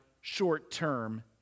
short-term